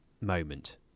moment